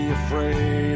afraid